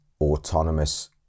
autonomous